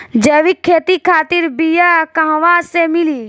जैविक खेती खातिर बीया कहाँसे मिली?